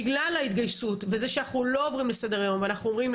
בגלל ההתגייסות וזה שאנחנו אל עוברים לסדר היום ואנחנו אומרים,